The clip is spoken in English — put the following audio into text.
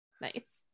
Nice